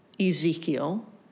Ezekiel